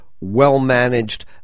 well-managed